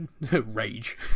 rage